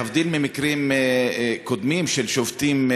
להבדיל ממקרים קודמים של שובתים,